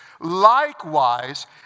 likewise